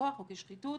או כשחיתות